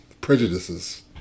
prejudices